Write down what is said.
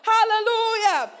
Hallelujah